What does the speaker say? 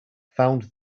found